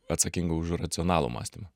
atsakinga už racionalų mąstymą